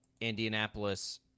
Indianapolis